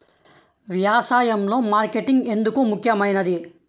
వ్యసాయంలో మార్కెటింగ్ ఎందుకు ముఖ్యమైనది?